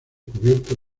cubierto